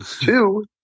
two